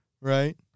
right